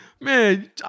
man